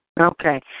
Okay